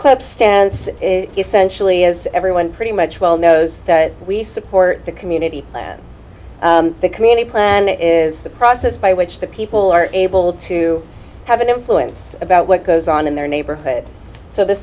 club stance is essentially as everyone pretty much well knows we support the community plan the community plan is the process by which the people are able to have an influence about what goes on in their neighborhood so the